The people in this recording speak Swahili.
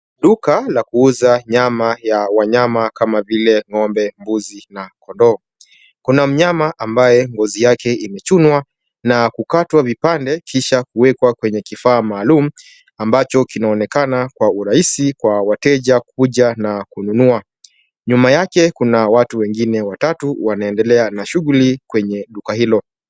Duka la kuuza nyama ya wanyama kama vile; ng'ombe, mbuzi na kondoo. Kuna mnyama ambaye ngozi yake imechunwa na kukatwa vipande kisha kuwekwa kwenye kifaa maalum ambacho kinaonekana kwa urahisi kwa wateja kuja na kununua. Nyuma yake kuna watu wengine watatu wanaendelea na shughuli kwenye duka hilo.